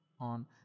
on